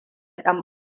ɗan